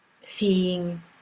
seeing